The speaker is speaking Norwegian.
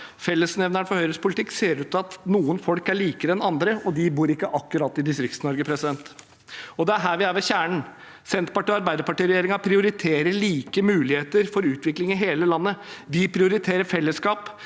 Fellesnevneren for Høyres politikk ser ut til å være at noen folk er likere enn andre, og de bor ikke akkurat i Distrikts-Norge. Det er her vi er ved kjernen. Senterparti–Arbeiderparti-regjeringen prioriterer like muligheter for utvikling i hele landet. Vi prioriterer fellesskap.